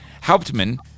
Hauptmann